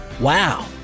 Wow